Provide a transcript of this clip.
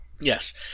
Yes